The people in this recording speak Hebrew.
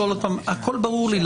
הכול ברור לי,